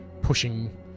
pushing